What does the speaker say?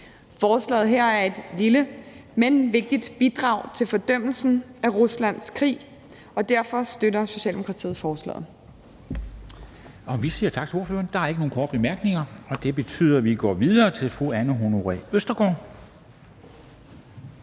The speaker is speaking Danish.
Forslaget her er et lille, men vigtigt bidrag til fordømmelsen af Ruslands krig, og derfor støtter Socialdemokratiet forslaget. Kl. 14:16 Formanden (Henrik Dam Kristensen): Vi siger tak til ordføreren. Der er ikke nogen korte bemærkninger, og det betyder, at vi går videre til fru Anne Honoré Østergaard,